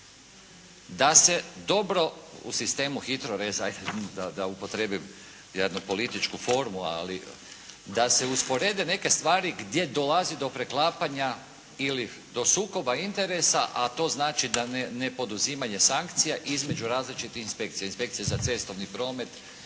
Da se dobro u sistemu HITROREZ-a da upotrijebim jednu političku formu, ali da se usporede neke stvari gdje dolazi do preklapanja ili do sukoba interesa a to znači da ne poduzimanje sankcija između različitih inspekcija, inspekcija za cestovni promet